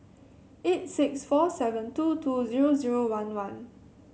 eight six four seven two two zero zero one one